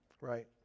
Right